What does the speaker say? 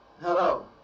Hello